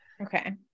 Okay